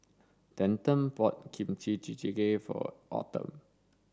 Denton bought Kimchi Jjigae for Autumn